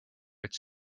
its